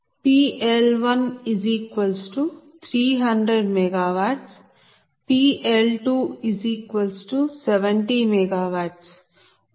PL1300 MW PL270 MW మొత్తం 370 MW